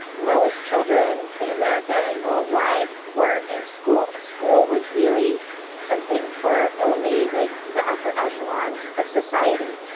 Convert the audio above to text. most children in america and worldwide weren't in school. school was really something for only like the upper echelons of society.